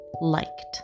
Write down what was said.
liked